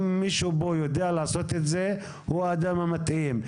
אם מישהו פה יודע לעשות את זה, הוא האדם המתאים.